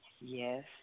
Yes